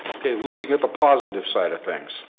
looking at the positive side of things.